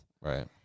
Right